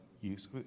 use